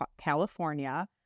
California